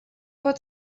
pot